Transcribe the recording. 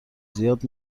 زیاد